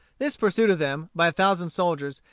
this pursuit of them, by a thousand soldiers,